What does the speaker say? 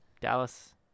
Dallas